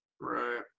Right